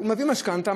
הוא לוקח משכנתה,